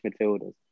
midfielders